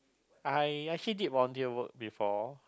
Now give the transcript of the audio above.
I actually did volunteer work before